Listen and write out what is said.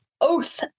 oath